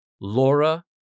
Laura